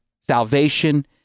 salvation